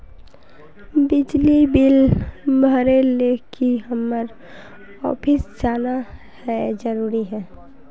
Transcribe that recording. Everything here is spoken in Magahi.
बिजली बिल भरे ले की हम्मर ऑफिस जाना है जरूरी है?